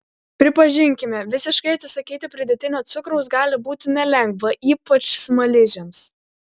pripažinkime visiškai atsisakyti pridėtinio cukraus gali būti nelengva ypač smaližiams